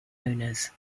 owners